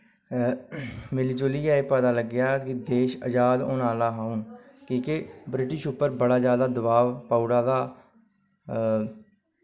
मिली जुलियै एह् पता लग्गेआ कि देश अजाद होने आह्ला हुन कि के ब्रिटिश पर बड़ा जैदा दवाब पाई ओड़ेदा हा